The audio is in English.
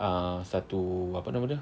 ah satu apa nama dia